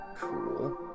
cool